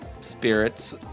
spirits